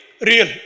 real